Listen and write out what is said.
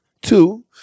two